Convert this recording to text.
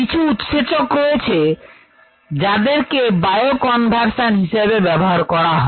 কিছু উৎসেচক রয়েছে যাদেরকে bioconversion হিসেবে ব্যবহার করা হয়